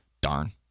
Darn